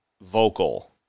vocal